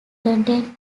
contain